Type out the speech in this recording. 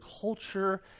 culture